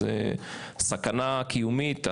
סכנה קיומית,